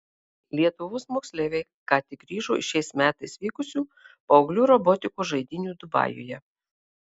lietuvos moksleiviai ką tik grįžo iš šiais metais vykusių paauglių robotikos žaidynių dubajuje